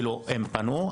אנשים שפנו,